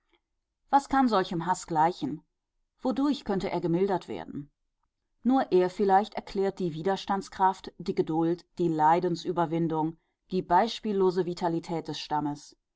was kann solchem haß gleichen wodurch könnte er gemildert werden nur er vielleicht erklärt die widerstandskraft die geduld die leidensüberwindung die beispiellose vitalität des stammes